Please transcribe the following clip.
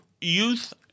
youth